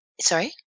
Sorry